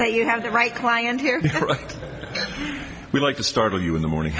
so you have the right client here we'd like to startle you in the morning